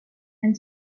and